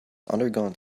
undergone